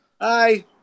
Hi